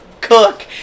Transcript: cook